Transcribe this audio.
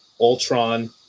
Ultron